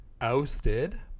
ousted